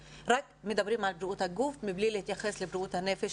מדברים רק על בריאות הגוף מבלי להתייחס לבריאות הנפש.